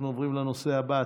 אנחנו עוברים לנושא הבא,